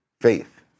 Faith